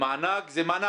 מענק זה מענק.